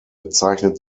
zeichnet